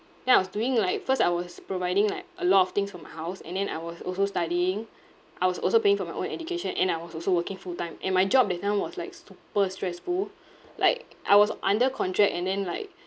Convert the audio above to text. then I was doing like first I was providing like a lot of things for my house and then I was also studying I was also paying for my own education and I was also working full time and my job that time was like super stressful like I was under contract and then like